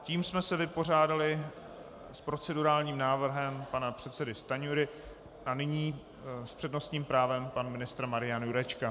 Tím jsme se vypořádali s procedurálním návrhem pana předsedy Stanjury a nyní s přednostním právem pan ministr Marian Jurečka.